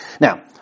Now